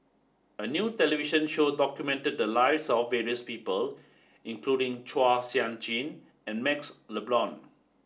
a new television show documented the lives of various people including Chua Sian Chin and MaxLe Blond